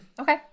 okay